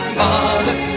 Father